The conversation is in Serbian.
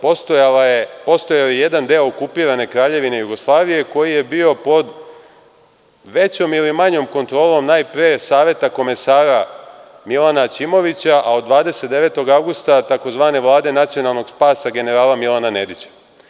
Postojao je jedan deo okupirane Kraljevine Jugoslavije, koji je bio pod većom ili manjom kontrolom najpre Saveta komesara Milana Aćimovića, a od 29. avgusta tzv. Vlade nacionalnog spasa generala Milana Nedića.